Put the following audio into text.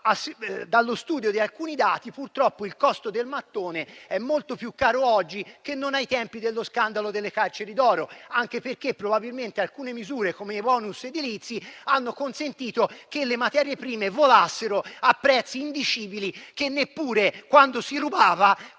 Dallo studio di alcuni dati è emerso che, purtroppo, il costo del mattone è oggi molto più caro rispetto ai tempi dello scandalo delle carceri d'oro. E ciò anche perché probabilmente alcune misure, come i *bonus* edilizi, hanno consentito che le materie prime volassero a prezzi indicibili che, neppure quando si rubava ai tempi